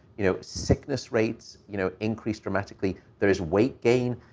you know, sickness rates, you know, increased dramatically. there is weight gain,